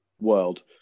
world